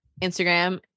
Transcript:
instagram